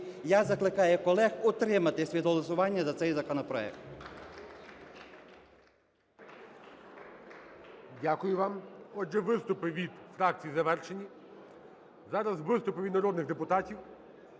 Я закликаю колег утриматись від голосування за цей законопроект.